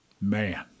man